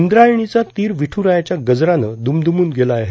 इंद्रायणीचा तीर विद्वरायाच्या गजरानं दुमदुमून गेला आहे